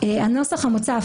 הנוסח המוצע,